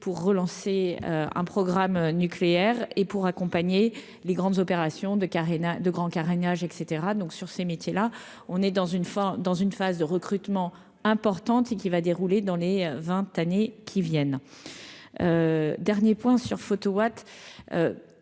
pour relancer un programme nucléaire et pour accompagner les grandes opérations de Karina De grand carénage, et cetera, donc sur ces métiers là on est dans une forme dans une phase de recrutement important et qui va dérouler dans les 20 années qui viennent, dernier point sur Photowatt